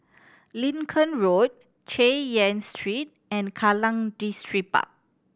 Lincoln Road Chay Yan Street and Kallang Distripark